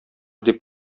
дип